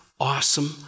awesome